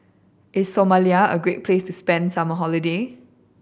is Somalia a great place to spend the summer holiday